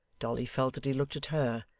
dolly felt that he looked at her,